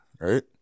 right